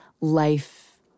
life